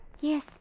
Yes